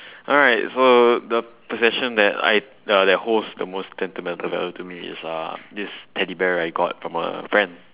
alright so the possession that I ya that holds the most sentimental value to me is uh this teddy bear that I got from a friend